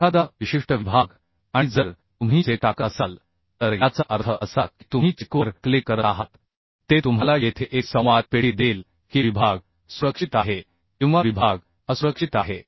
एखादा विशिष्ट विभाग आणि जर तुम्ही चेक टाकत असाल तर याचा अर्थ असा की तुम्ही चेकवर क्लिक करत आहात ते तुम्हाला येथे एक संवाद पेटी देईल की विभाग सुरक्षित आहे किंवा विभाग असुरक्षित आहे